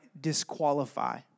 disqualify